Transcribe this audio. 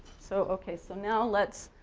so okay, so now let's,